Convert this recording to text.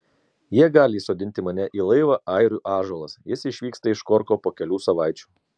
jie gali įsodinti mane į laivą airių ąžuolas jis išvyksta iš korko po kelių savaičių